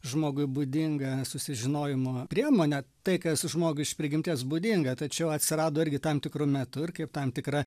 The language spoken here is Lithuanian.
žmogui būdingą susižinojimo priemonę tai kas žmogui iš prigimties būdinga tačiau atsirado irgi tam tikru metu ir kaip tam tikra